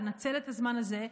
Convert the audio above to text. לנצל את הזמן הזה,